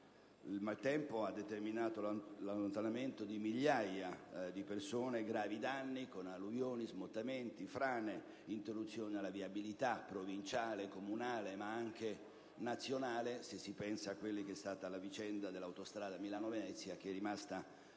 Il maltempo ha determinato l'allontanamento di migliaia di persone, gravi danni con alluvioni, smottamenti, frane, interruzione alla viabilità provinciale e comunale, ma anche nazionale, se si pensa alla vicenda dell'autostrada Milano-Venezia, che è rimasta